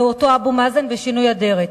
זהו אותו אבו מאזן בשינוי אדרת,